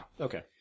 okay